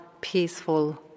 peaceful